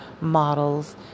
models